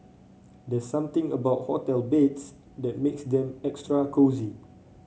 there's something about hotel beds that makes them extra cosy